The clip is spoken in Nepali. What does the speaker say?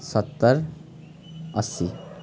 सत्तरी असी